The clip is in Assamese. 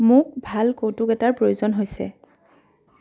মোক ভাল কৌতুক এটাৰ প্ৰয়োজন হৈছে